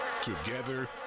Together